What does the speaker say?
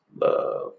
love